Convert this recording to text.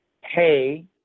hey